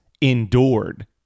endured